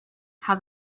how